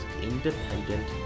independent